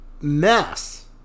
mess